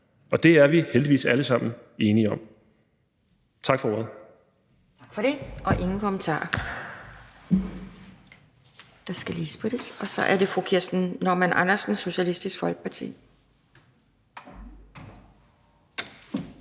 og det er vi heldigvis alle sammen enige om. Tak for ordet.